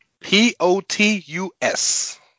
P-O-T-U-S